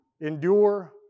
endure